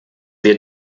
wir